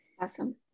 Awesome